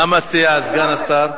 מה מציע סגן השר?